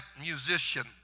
musician